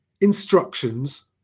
instructions